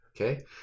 Okay